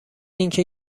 اینکه